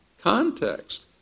context